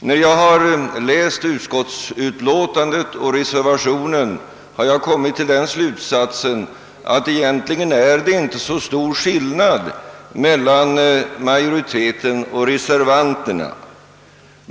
När jag har läst utskottsutlåtandet och reservationen har jag dragit den slutsatsen att det egentligen inte råder så stor skillnad mellan majoriteten och reservanterna.